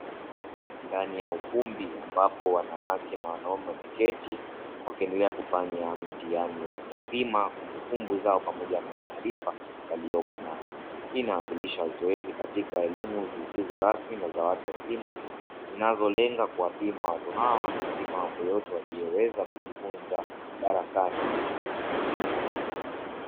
Ndani ya ukumbi ambapo wanawake na wanaume wameketi wakiendelea kufanya mtihani wa kuwapima kumbukumbu zao pamoja na maarifa yaliyopo, hii inaashiria zoezi katika elimu zisizo rasmi na za watu wazima zinazolenga kuwapima watu hao katika mambo yote walioweza kujifunza darasani.